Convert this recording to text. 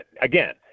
again